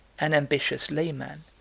an ambitious layman,